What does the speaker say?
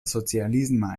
socialisma